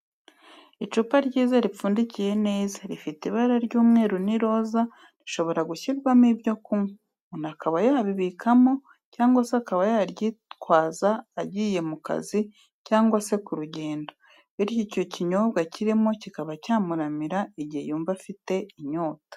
Icupa ryiza ripfundikiye neza, rifite ibara ry'umweru n'iroza rishobora gushyirwamo ibyo kunywa, umuntu akaba yabibikamo cyangwa se akaba yaryitwaza agiye mu kazi cyangwa se ku rugendo, bityo icyo kinyobwa kirimo kikaba cyamuramira igihe yumva afite inyota.